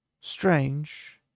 Strange